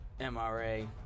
MRA